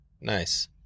Nice